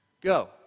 Go